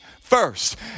first